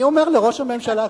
אני אומר לראש הממשלה כאן,